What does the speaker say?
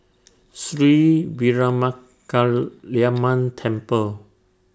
Sri Veeramakaliamman Temple